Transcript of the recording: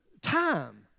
time